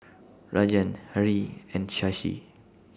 Rajan Hri and Shashi